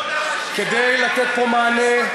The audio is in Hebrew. כדי לתת פה מענה,